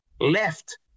left